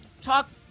talk